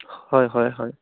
হয় হয় হয়